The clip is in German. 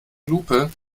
lupe